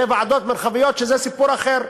זה ועדות מרחביות, שזה סיפור אחר.